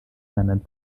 rheinland